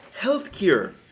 healthcare